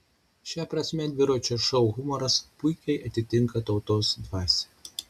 šia prasme dviračio šou humoras puikiai atitinka tautos dvasią